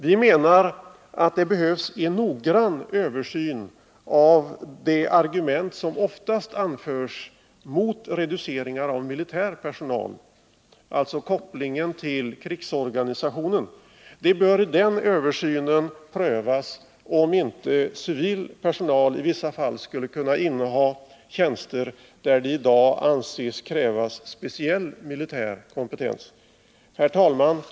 Vi menar att det behövs en noggrann översyn av det argument som oftast anförs mot reduceringar av militär personal, dvs. kopplingen till krigsorganisationen. Det bör i den översynen prövas om inte civil personal i vissa fall skulle kunna inneha tjänster där det i dag anses krävas speciell militär kompetens. Herr talman!